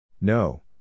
No